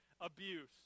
abuse